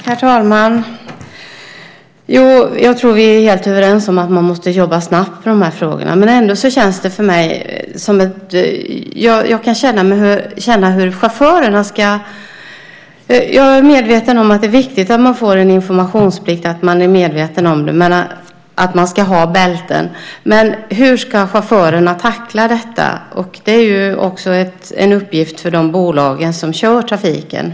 Herr talman! Jag tror att vi är helt överens om att man måste jobba snabbt med de här frågorna. Jag är medveten om att det är viktigt att man får en informationsplikt och att man är medveten om att man ska ha bälten. Men hur ska chaufförerna tackla detta? Det är också en uppgift för de bolag som kör trafiken.